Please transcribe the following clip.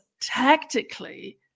tactically